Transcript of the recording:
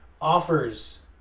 offers